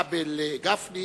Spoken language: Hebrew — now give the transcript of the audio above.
כבל וגפני